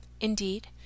Indeed